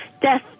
death